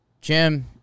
Jim